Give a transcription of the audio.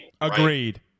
Agreed